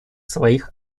своих